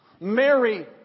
Mary